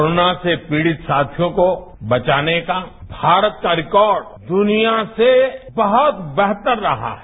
corona से पीडित साथियों को बचाने का भारत का रिकॉर्ड दुनिया से बहुत बेहतर रहा है